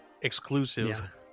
exclusive